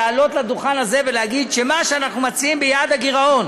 לעלות לדוכן הזה ולהגיד שמה שאנחנו מציעים ביעד הגירעון